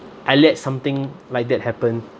I let something like that happen